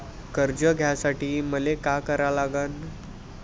कर्ज घ्यासाठी मले का करा लागन?